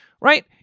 right